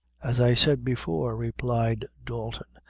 as i said before, replied dalton,